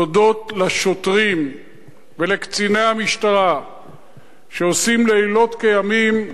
תודות לשוטרים ולקציני המשטרה שעושים לילות כימים,